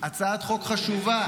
הצעת חוק חשובה,